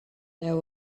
there